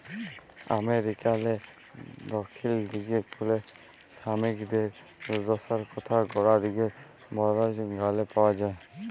আমেরিকারলে দখ্খিল দিগে তুলে সমিকদের দুদ্দশার কথা গড়া দিগের বল্জ গালে পাউয়া যায়